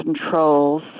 controls